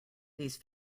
these